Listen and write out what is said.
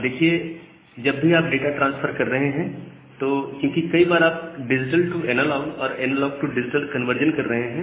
अब देखिए जब भी आप डाटा ट्रांसफर कर रहे हैं तो क्योंकि कई बार आप डिजिटल टू एनालॉग और एनालॉग टू डिजिटल कन्वर्जन कर रहे हैं